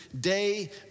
day